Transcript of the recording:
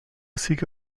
siege